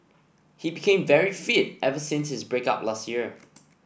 he became very fit ever since his break up last year